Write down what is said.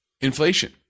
Inflation